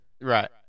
Right